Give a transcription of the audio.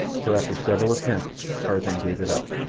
so after several attempts tarzan gave it up.